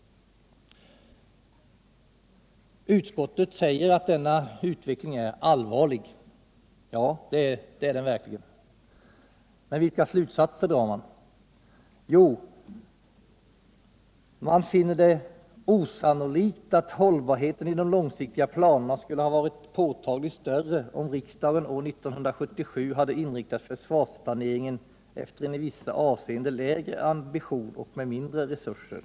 Utskottet säger att denna utveckling är allvarlig. Ja, det är den verkligen. Men vilka slutsatser drar man? Jo, man finner det ”osannolikt att hållbarheten i de långsiktiga planerna skulle ha varit påtagligt större om riksdagen år 1977 hade inriktat försvarsplaneringen efter en i vissa avseenden lägre ambition och med mindre resurser”.